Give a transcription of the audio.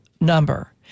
number